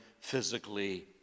physically